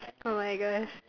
oh-my-Gosh